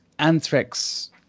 Anthrax